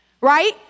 right